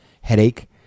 headache